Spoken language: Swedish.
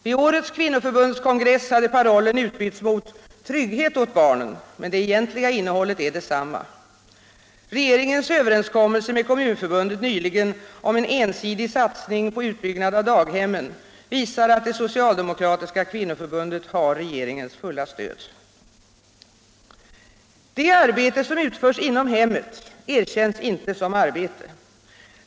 Vid årets kvinnoförbundskongress hade parollen utbytts mot Trygghet åt barnen, men det egentliga innehållet är detsamma. Regeringens överenskommelse med Kommunförbundet nyligen om en ensidig satsning på utbyggnad av daghemmen visar att det socialdemokratiska kvinnoförbundet har regeringens fulla stöd. Det arbete som utförs inom hemmet erkänns inte som arbete.